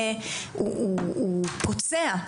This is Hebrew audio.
הוא פוצע,